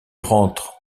rentre